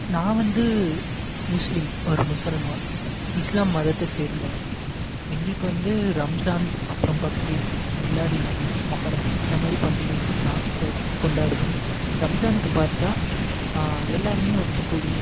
நான் வந்து முஸ்லீம் ஒரு முசல்மான் இஸ்லாம் மதத்தை சேர்ந்தவன் எங்களுக்கு வந்து ரம்ஸான் அப்றம் பக்ரீத் மிலாடி நபி மொஹரம் இந்த மாதிரி பண்டிகைகள் நாங்கள் கொண்டாடுவோம் ரம்ஸானுக்கு பார்த்தால் எல்லோருமே ஒன்று கூடி